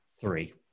Three